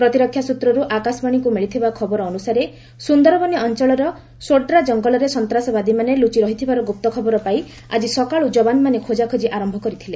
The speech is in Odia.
ପ୍ରତିରକ୍ଷା ସ୍ଚତ୍ରରୁ ଆକାଶବାଣୀକୁ ମିଳିଥିବା ଖବର ଅନୁସାରେ ସୁନ୍ଦରବନୀ ଅଞ୍ଚଳର ସୋଡ୍ରା ଜଙ୍ଗଲରେ ସନ୍ତାସବାଦୀମାନେ ଲୁଚି ରହିଥିବାର ଗୁପ୍ତ ଖବର ପାଇ ଆଜି ସକାଳୁ ଯବାନମାନେ ଖୋଜାଖୋଜି ଆରମ୍ଭ କରିଥିଲେ